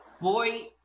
boy